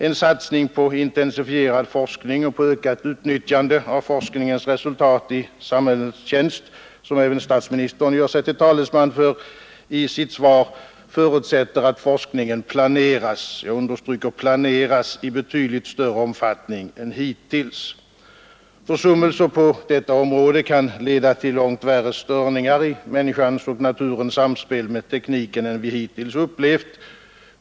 En satsning på intensifierad forskning och på ökat utnyttjande av forskningens resultat i samhällets tjänst, vilket även statsministern gör sig till talesman för i sitt svar, förutsätter att forskningen planeras i betydligt större omfattning än hittills. Försummelser på detta område kan leda till långt värre störningar i människans och naturens samspel med tekniken än vi hittills upplevt.